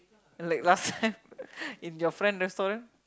like last time in your friend restaurant